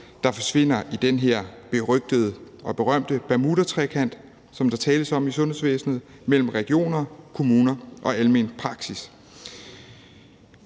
der forsvinder i den her berygtede og berømte bermudatrekant, som der tales om i sundhedsvæsenet, mellem regioner, kommuner og almen praksis.